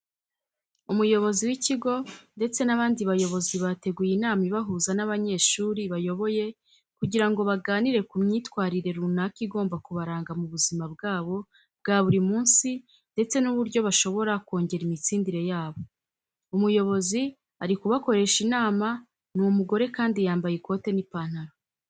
Umuyobozi w'ikigo ndetse n'abandi bayobozi bateguye inama ibahuza n'abanyeshuri bayoboye kugira ngo baganire ku myitwarire runaka igomba kubaranga mu buzima bwabo bwa buri munsi ndetse n'uburyo bashobora kongera imitsindire yabo. Umuyobozi uri kubakoresha inama ni umugore kandi yambaye ikote n'ipantaro.